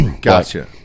gotcha